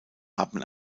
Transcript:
haben